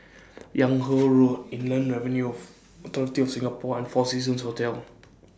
Yung Ho Road Inland Revenue Authority of Singapore and four Seasons Hotel